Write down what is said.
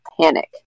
panic